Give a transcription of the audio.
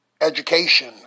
education